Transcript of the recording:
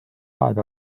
aega